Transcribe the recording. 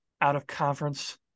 out-of-conference